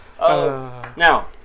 now